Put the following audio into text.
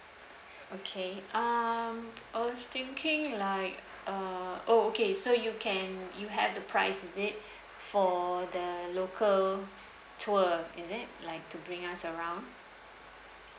okay um I was thinking like uh oh okay so you can you have the price is it for the local tour is it like to bring us around